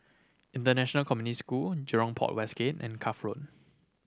International Community School Jurong Port West Gate and Cuff Road